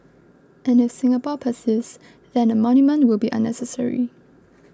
and if Singapore persists then a monument will be unnecessary